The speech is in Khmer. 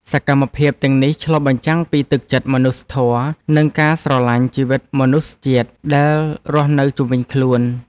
សកម្មភាពទាំងនេះឆ្លុះបញ្ចាំងពីទឹកចិត្តមនុស្សធម៌ និងការស្រឡាញ់ជីវិតមនុស្សជាតិដែលរស់នៅជុំវិញខ្លួន។